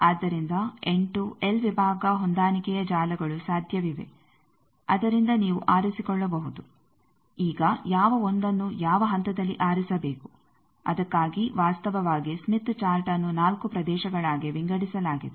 ಆದ್ದರಿಂದ 8 ಎಲ್ ವಿಭಾಗ ಹೊಂದಾಣಿಕೆಯ ಜಾಲಗಳು ಸಾಧ್ಯವಿವೆ ಅದರಿಂದ ನೀವು ಆರಿಸಿಕೊಳ್ಳಬಹುದು ಈಗ ಯಾವ 1ಅನ್ನು ಯಾವ ಹಂತದಲ್ಲಿ ಆರಿಸಬೇಕು ಅದಕ್ಕಾಗಿ ವಾಸ್ತವವಾಗಿ ಸ್ಮಿತ್ ಚಾರ್ಟ್ಅನ್ನು ನಾಲ್ಕು ಪ್ರದೇಶಗಳಾಗಿ ವಿಂಗಡಿಸಲಾಗಿದೆ